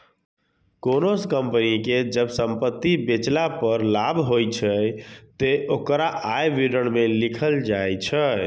कोनों कंपनी कें जब संपत्ति बेचला पर लाभ होइ छै, ते ओकरा आय विवरण मे लिखल जाइ छै